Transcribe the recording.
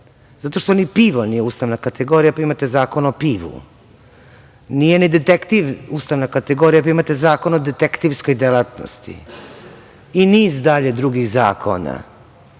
zato što ni pivo nije ustavna kategorija pa imate Zakon o pivu. Nije ni detektiv ustavna kategorija pa imate Zakon o detektivskoj delatnosti i niz dalje drugih zakona.